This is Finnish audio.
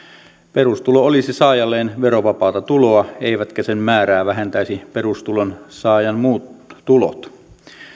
perustulo olisi saajalleen verovapaata tuloa eivätkä sen määrää vähentäisi perustulon saajan muut tulot